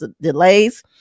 delays